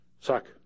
suck